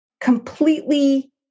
completely